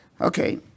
Okay